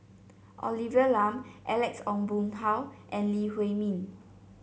Olivia Lum Alex Ong Boon Hau and Lee Huei Min